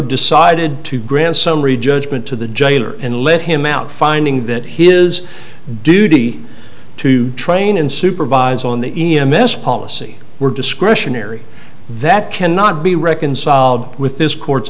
decided to grant summary judgment to the jailer and let him out finding that his duty to train and supervise on the e m s policy were discretionary that cannot be reconciled with this court's